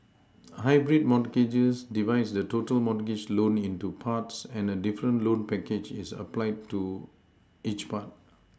hybrid mortgages divides the total mortgage loan into parts and a different loan package is applied to each part